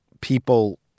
People